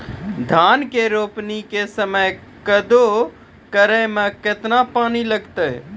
धान के रोपणी के समय कदौ करै मे केतना पानी लागतै?